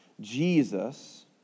Jesus